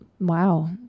wow